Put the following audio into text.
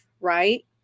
right